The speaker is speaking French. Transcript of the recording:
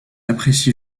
apprécie